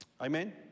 Amen